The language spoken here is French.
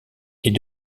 est